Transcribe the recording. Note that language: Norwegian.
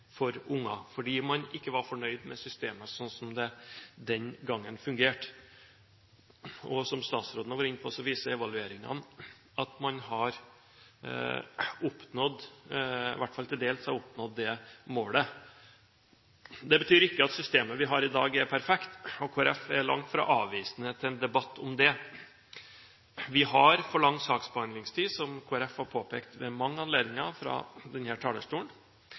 for å styrke rettssikkerheten for unger, fordi man ikke var fornøyd med systemet sånn som det den gangen fungerte. Som statsråden har vært inne på, viser evalueringene at man har oppnådd – i hvert fall til dels – det målet. Det betyr ikke at systemet vi har i dag, er perfekt, og Kristelig Folkeparti er langt fra avvisende til en debatt om det. Vi har for lang saksbehandlingstid, som Kristelig Folkeparti har påpekt fra denne talerstolen ved mange anledninger.